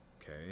Okay